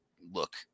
look